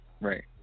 Right